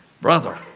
brother